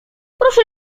proszę